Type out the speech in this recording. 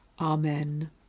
Amen